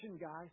guys